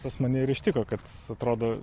tas mane ir ištiko kad atrodo